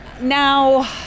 now